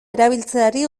erabiltzeari